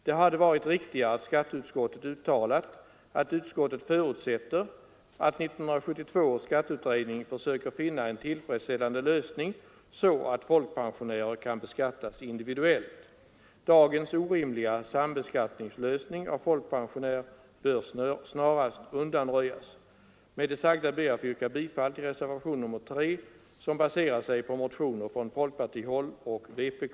Det hade varit riktigare att skatteutskottet uttalat att utskottet förutsätter att 1972 års skatteutredning försöker finna en tillfredsställande lösning så att folkpensionärer kan beskattas individuellt. Dagens orimliga sambeskattningslösning av folkpensionär bör snarast undanröjas! Med det sagda ber jag att få yrka bifall till reservation nr 3, som baserar sig på motioner från folkpartiet och vpk.